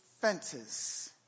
Fences